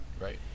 right